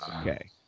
Okay